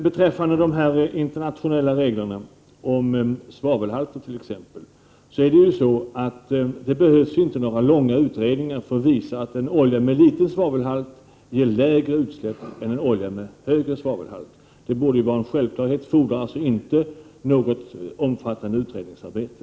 Beträffande de internationella reglerna för t.ex. svavelhalten, behövs det inte några långa utredningar för att visa att en olja med låg svavelhalt ger mindre utsläpp än en olja med högre svavelhalt. Det borde vara en självklarhet, och det fordrar inte något omfattande utredningsarbete.